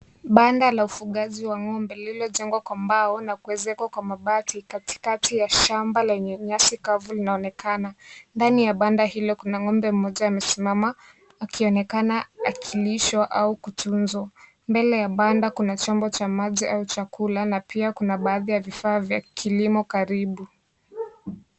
Banda la ufugaji wa ng'ombe lililojengwa kwa mbau na kuwezekwa kwa mabati katikati ya shamba lenye nyasi kavu linaonekana. Ndani ya banda hilo kuna ng'ombe mmoja amesimama akionekana akilishwa au kutunzwa. Mbele ya banda kuna chombo cha maji au chakula na pia kuna baadhi ya vifaa vya kilimo karibu.